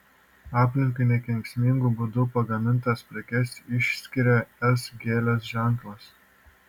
aplinkai nekenksmingu būdu pagamintas prekes išskiria es gėlės ženklas